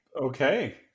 okay